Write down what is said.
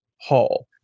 hall